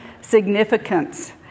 significance